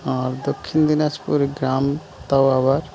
আর দক্ষিণ দিনাজপুর গ্রাম তাও আবার